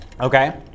Okay